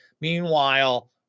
Meanwhile